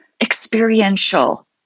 experiential